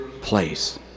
place